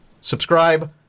subscribe